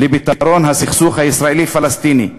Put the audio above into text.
לפתרון הסכסוך הישראלי פלסטיני,